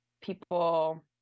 people